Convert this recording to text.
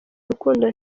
urukundo